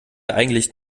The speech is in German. eigentlich